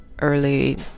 early